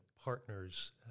partners